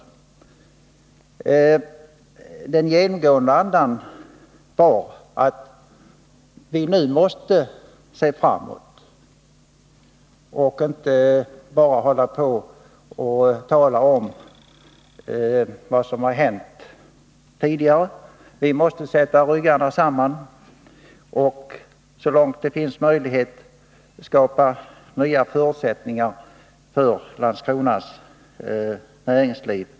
Den genomgående andan där innebar att vi nu måste se framåt och inte bara tala om vad som har hänt tidigare. Vi måste uppbjuda alla våra krafter och så långt det finns möjlighet skapa nya förutsättningar för Landskronas näringsliv.